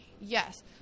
yes